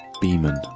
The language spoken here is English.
Beeman